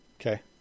Okay